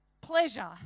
pleasure